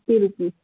fifty rupees